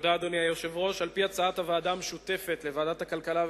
אני מזמין את יושב-ראש ועדת הכלכלה,